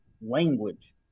language